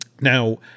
Now